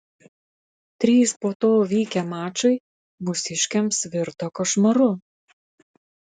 trys po to vykę mačai mūsiškiams virto košmaru